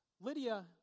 Lydia